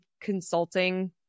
consulting